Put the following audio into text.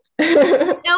No